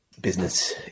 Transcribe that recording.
business